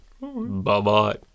Bye-bye